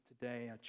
today